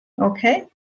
Okay